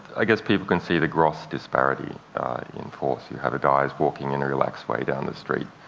i guess people can see the gross disparity in force. you have guys walking in a relaxed way down the street,